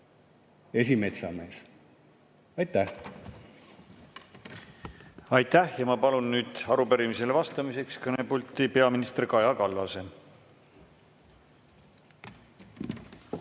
esimetsamees. Aitäh! Aitäh! Ma palun arupärimisele vastamiseks kõnepulti peaminister Kaja Kallase.